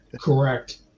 correct